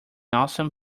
awesome